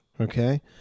okay